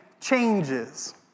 changes